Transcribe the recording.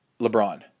LeBron